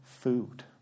food